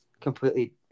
Completely